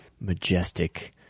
majestic